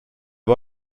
var